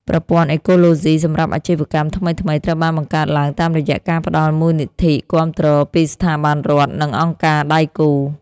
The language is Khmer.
ប្រព័ន្ធអេកូឡូស៊ីសម្រាប់អាជីវកម្មថ្មីៗត្រូវបានបង្កើតឡើងតាមរយៈការផ្តល់មូលនិធិគាំទ្រពីស្ថាប័នរដ្ឋ និងអង្គការដៃគូ។